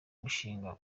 mushinga